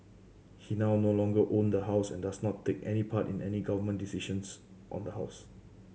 he now no longer own the house and does not take part in any Government decisions on the house